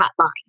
Hotline